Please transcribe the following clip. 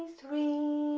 three,